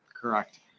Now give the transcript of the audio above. Correct